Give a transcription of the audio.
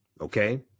Okay